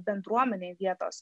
bendruomenei vietos